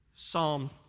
Psalm